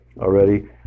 already